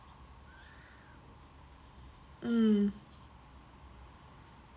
mm